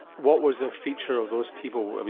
what was a feature of those people?